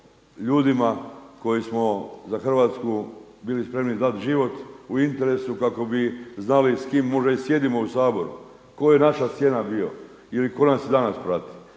ljudima koji smo za Hrvatsku bili spremni dati život u interesu kako bi znali s kime možda i sjedimo u Saboru, tko je naša sjena bio ili tko nas i danas prati.